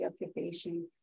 occupation